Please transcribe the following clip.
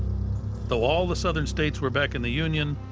though all the southern states were back in the union,